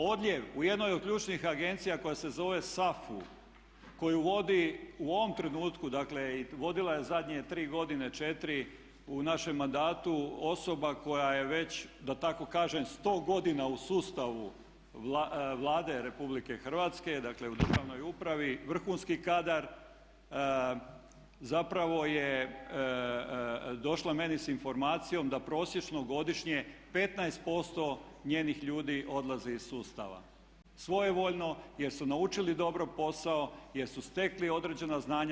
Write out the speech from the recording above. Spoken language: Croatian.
Odljev u jednoj od ključnih agencija koja se zove SAFU koju vodi u ovom trenutku, dakle vodila je i zadnje tri godine, četiri u našem mandatu osoba koja je već da tako kažem sto godina u sustavu Vlade RH, dakle u državnoj upravi, vrhunski kadar zapravo je došla meni sa informacijom da prosječno godišnje 15% njenih ljudi odlazi iz sustava svojevoljno jer su naučili dobro posao, jer su stekli određena znanja.